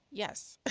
yes.